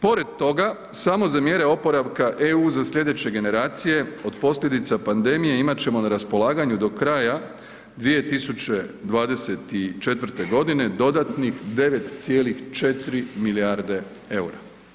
Pored toga samo za mjere oporavka EU za sljedeće generacije od posljedica pandemije imat ćemo na raspolaganju do kraja 2024. godine dodatnih 9,4 milijarde eura.